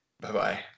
Bye-bye